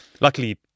luckily